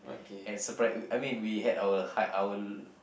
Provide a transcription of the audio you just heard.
and surpri~ I mean we had our high our